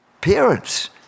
Parents